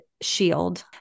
shield